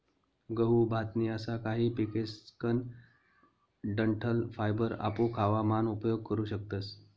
गहू, भात नी असा काही पिकेसकन डंठल फायबर आपू खावा मान उपयोग करू शकतस